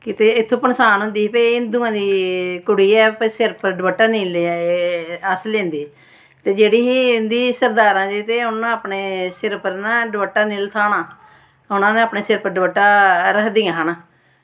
कि ते इत्थुआं पंछान होंदी ही कि भाई हिन्दुएं दी कुड़ी ऐ भाई सिर पर दपट्टा नेईं अस लैंदे ते जेह्ड़ी ही इं'दी सरदारां दी ते उन्न अपने सिर पर ना दपट्टा निं लथनां उ'नें अपने सिर पर दपट्टा रखदियां हन